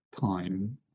time